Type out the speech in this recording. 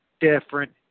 different